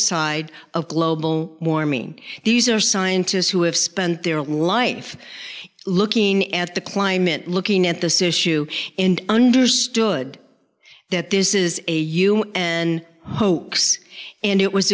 side of global warming these are scientists who have spent their life looking at the climate looking at this issue and understood that this is a human and hoax and it was